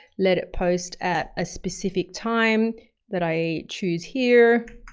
let it post at a specific time that i choose here.